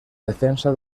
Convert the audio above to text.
defensa